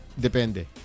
Depende